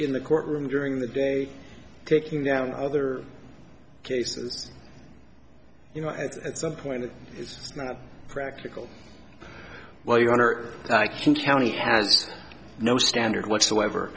in the courtroom during the day taking down other cases you know at some point it is not practical well your honor i can county has no standard whatsoever